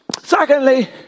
secondly